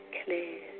clear